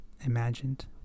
imagined